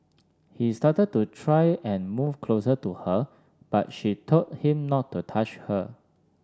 he started to try and move closer to her but she told him not to touch her